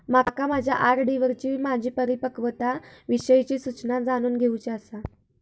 माका माझ्या आर.डी वरची माझी परिपक्वता विषयची सूचना जाणून घेवुची आसा